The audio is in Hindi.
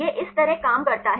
यह इस तरह काम करता है